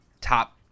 top